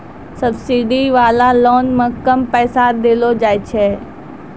subsidy वाला loan मे कम पैसा देलो जाय छै